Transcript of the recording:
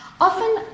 often